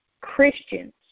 Christians